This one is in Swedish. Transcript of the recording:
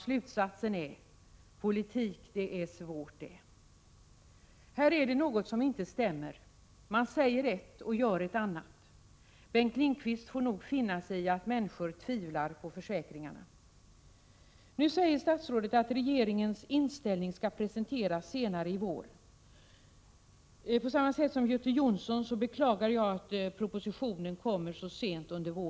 Slutsatsen blir: Politik, det är svårt det. Här är något som inte stämmer. Man säger ett och gör ett annat. Bengt Lindqvist får nog finna sig i att människor tvivlar på försäkringarna. Statsrådet säger att regeringens inställning skall presenteras senare i vår — i likhet med Göte Jonsson beklagar jag att propositionen kommer så sent på våren.